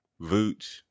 Vooch